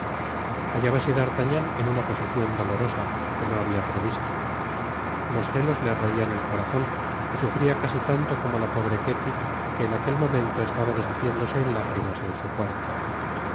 hallábase d'artagnan en una posicion dolorosa que no habia previsto los celos le roian el corazon y sufría casi tanto como la pobre ketty que en aquel momento estaba deshaciéndose en lágrimas en su cuarto